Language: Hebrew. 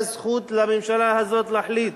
היתה זכות לממשלה הזאת להחליט